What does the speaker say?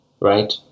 right